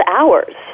hours